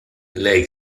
lay